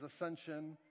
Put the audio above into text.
ascension